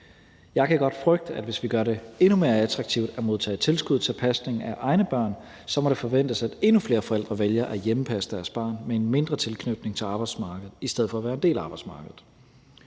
Jeg kan godt frygte, at hvis vi gør det endnu mere attraktivt at modtage tilskud til pasning af egne børn, så må det forventes at endnu flere forældre vælger at hjemmepasse deres børn med en mindre tilknytning til arbejdsmarkedet i stedet for at være en del af arbejdsmarkedet.